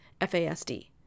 FASD